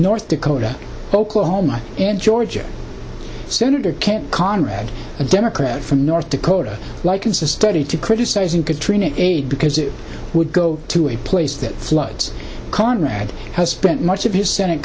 north dakota oklahoma and georgia senator kent conrad a democrat from north dakota like it's a study to criticize you katrina aid because it would go to a place that floods conrad has spent much of his s